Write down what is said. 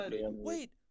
Wait